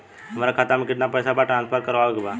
हमारे खाता में कितना पैसा बा खाता ट्रांसफर करावे के बा?